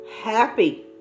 happy